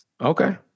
Okay